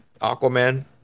Aquaman